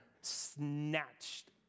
snatched